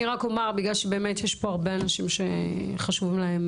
רק אומר שיש פה הרבה אנשים שחשוב להם